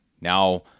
Now